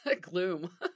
gloom